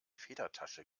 federtasche